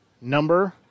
number